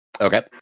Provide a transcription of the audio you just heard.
Okay